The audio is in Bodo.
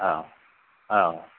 औ औ